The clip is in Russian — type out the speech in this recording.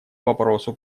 вопросу